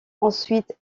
ensuite